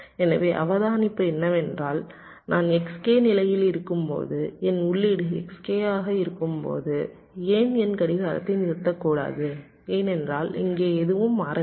எனவே அவதானிப்பு என்னவென்றால் நான் Xk நிலையில் இருக்கும்போது என் உள்ளீடு Xk ஆக இருக்கும்போது ஏன் என் கடிகாரத்தை நிறுத்தக்கூடாது ஏனென்றால் இங்கே எதுவும் மாறவில்லை